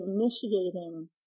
initiating